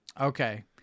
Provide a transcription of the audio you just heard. okay